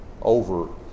over